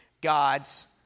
God's